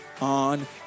on